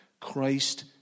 Christ